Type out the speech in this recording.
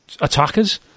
attackers